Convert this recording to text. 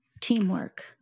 teamwork